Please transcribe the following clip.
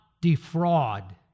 defraud